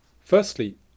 Firstly